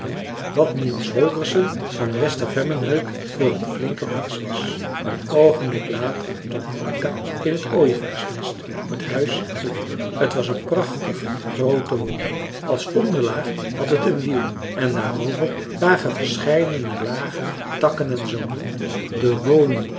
wat niels holgersson van wester vemmenhög voor een flinke baas was een oogenblik later stond akka in het ooievaarsnest op het huis glimmingen t was een prachtige groote woning als onderlaag had het een wiel en daarover lagen verscheidene lagen takken en zoden de woning